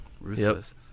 Ruthless